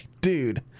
dude